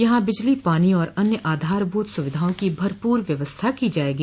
यहां बिजली पानी और अन्य आधारभूत सुविधाओं की भरपूर व्यवस्था की जायेगी